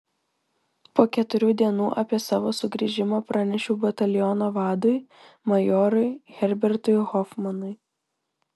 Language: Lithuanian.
po keturių dienų apie savo sugrįžimą pranešiau bataliono vadui majorui herbertui hofmanui